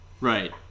Right